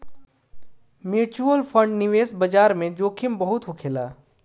mutual fund निवेश बाजार में जोखिम बहुत होखेला